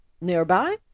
Nearby